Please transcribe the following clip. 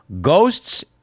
ghosts